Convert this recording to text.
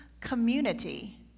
community